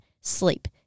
sleep